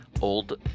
old